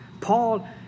Paul